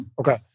Okay